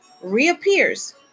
reappears